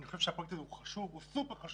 אני חושב שהפרויקט הזה הוא חשוב, הוא סופר חשוב,